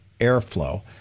airflow